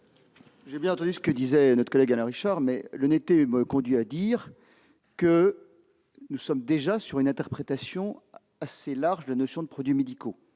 J'ai bien entendu les propos d'Alain Richard, mais l'honnêteté me conduit à dire que nous faisons déjà une interprétation assez large de la notion de produits médicaux